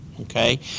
okay